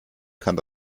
kann